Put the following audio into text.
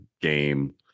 game